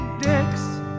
dicks